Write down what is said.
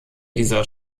dieser